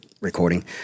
recording